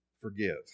forgive